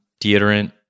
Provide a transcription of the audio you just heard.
deodorant